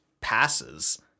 passes